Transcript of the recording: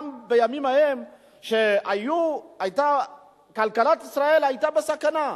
גם בימים ההם כלכלת ישראל היתה בסכנה,